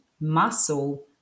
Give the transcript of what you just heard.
muscle